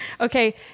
Okay